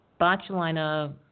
botulina